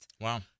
Wow